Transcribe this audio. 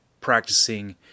practicing